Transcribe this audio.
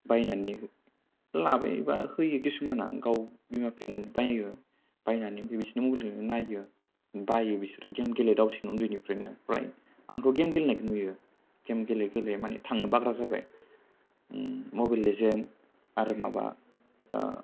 बायनानै लाबाय बा होयो किसुमाना गाव बिमा बिफायानो बायो बायनानै बिसोरनो मबाइलखौ नायो बायो बिसोरो गेम गेलेदावसिनो उन्दैनिफ्रायनो प्राय आंथ' गेम गेलेनायखौ नुयो गेम गेले गेलेयै माने थांनो बाग्रा जाबाय मबाइल लेजेन्द आरो माबा